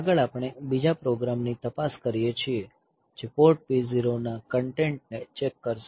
આગળ આપણે બીજા પ્રોગ્રામ ની તપાસ કરીએ છીએ જે પોર્ટ P0 ના કન્ટેન્ટ ને ચેક કરશે